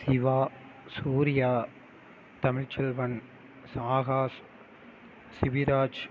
Siva Surya Tamilselvan Akash Siviraj